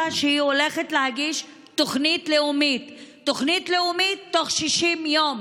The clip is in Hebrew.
שהיא הולכת להגיש תוכנית לאומית תוך 60 יום.